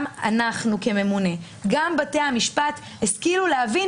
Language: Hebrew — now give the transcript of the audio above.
גם אנחנו כממונה וגם בתי המשפט השכילו להבין